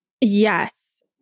Yes